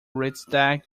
riksdag